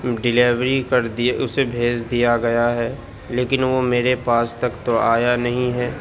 delivery کر دی اسے بھیج دیا گیا ہے لیکن وہ میرے پاس تک تو آیا نہیں ہے